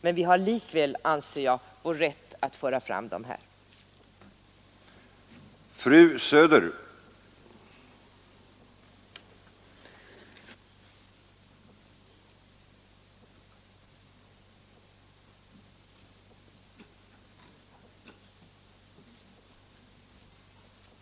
Men vi har likväl rätt — anser jag — att här föra fram våra synpunkter.